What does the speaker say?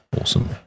awesome